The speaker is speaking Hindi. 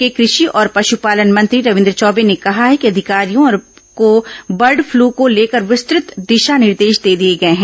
राज्य के कृषि और पशुपालन मंत्री रविन्द्र चौबे ने कहा है कि अधिकारियों को बर्ड फ्लू को लेकर विस्तृत दिशा निर्देश दे दिए गए हैं